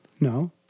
no